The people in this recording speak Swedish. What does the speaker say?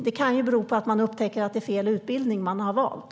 Det kan bero på att de upptäcker att det är fel utbildning de har valt.